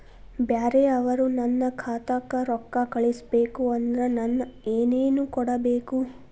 ಬ್ಯಾರೆ ಅವರು ನನ್ನ ಖಾತಾಕ್ಕ ರೊಕ್ಕಾ ಕಳಿಸಬೇಕು ಅಂದ್ರ ನನ್ನ ಏನೇನು ಕೊಡಬೇಕು?